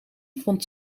vond